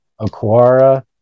Aquara